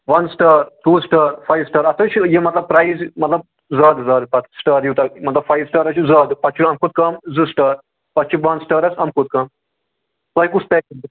وَن star two star five star اَتھ حظ چھِ یہِ مطلب پرٛایِز مطلب زیادٕ زیادٕ پَتہٕ سِٹار یوٗتاہ مطلب فایو سِٹارس چھُ زیادٕ پَتہٕ چھُ یِم کھۄتہٕ کم زٕ سِٹار پَتہٕ چھُ ون سِٹارَس امہِ کھۄتہٕ کَم تۄہہِ کُس